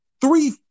three